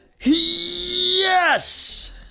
Yes